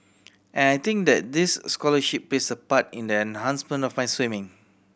and I think that this scholarship plays a part in the enhancement of my swimming